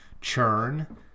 churn